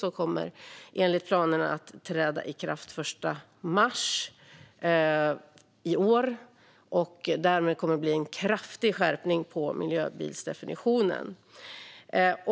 Den kommer enligt planerna att trädda i kraft den 1 mars i år. Därmed kommer det att bli en kraftig skärpning av miljöbilsdefinitionen.